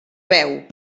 veu